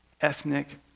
ethnic